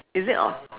is it or